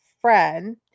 friend